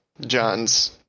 John's